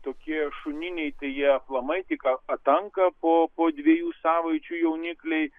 tokie šuniniai tai jie aplamai tik atanka po po dviejų savaičių jaunikliai